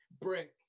brick